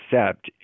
accept